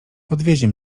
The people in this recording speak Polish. podwiezie